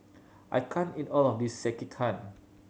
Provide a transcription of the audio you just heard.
I can't eat all of this Sekihan